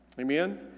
Amen